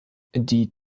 die